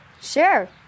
Sure